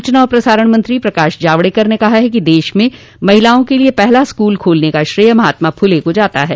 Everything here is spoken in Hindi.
सूचना और प्रसारण मंत्री प्रकाश जावडेकर ने कहा कि देश में महिलाओं के लिए पहला स्कूल खोलने का श्रेय महात्मा फुले को जाता है